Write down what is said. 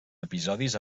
episodis